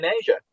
Asia